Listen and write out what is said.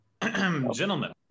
Gentlemen